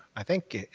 i think